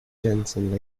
jensen